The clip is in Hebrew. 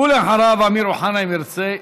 ואחריו, אמיר אוחנה, אם ירצה.